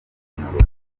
umurongo